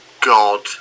God